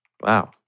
Wow